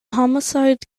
homicide